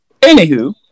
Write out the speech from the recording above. Anywho